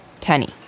Tenny